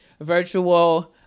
virtual